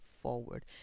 forward